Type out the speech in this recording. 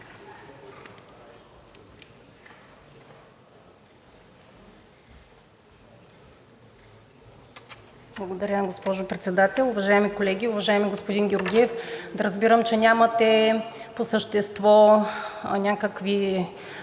Благодаря, госпожо Председател. Уважаеми колеги! Уважаеми господин Георгиев, да разбирам, че нямате по същество някакви